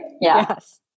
Yes